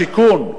השיכון,